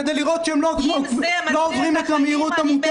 -- כדי לראות שהם לא עוברים את המהירות המותרת?